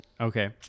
okay